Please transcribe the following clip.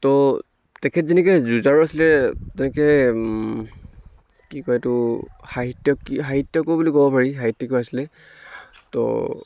ত' তেখেত যেনেকৈ যুঁজাৰু আছিলে তেনেকৈ কি কয় এইটো সাহিত্য়ক কি সাহিত্য়কো বুলি ক'ব পাৰি সাহিত্য়িকো আছিলে ত'